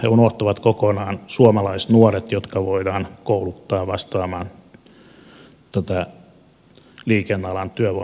he unohtavat kokonaan suomalaisnuoret jotka voidaan kouluttaa vastaamaan tätä liikennealan työvoimatarvetta